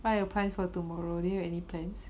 what are your plans for tomorrow do you have any plans